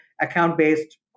account-based